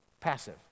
Passive